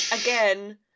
again